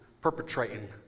perpetrating